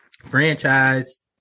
franchise